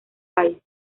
país